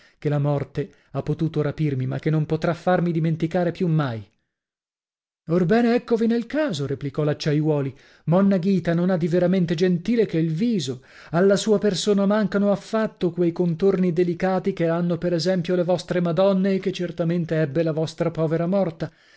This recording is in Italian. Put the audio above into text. che la morte ha potuto rapirmi ma che non potrà farmi dimenticare più mai orbene eccovi nel caso replicò l'acciaiuoli monna ghita non ha di veramente gentile che il viso alla sua persona mancano affatto quei contorni delicati che hanno per esempio le vostre madonne e che certamente ebbe la vostra povera morta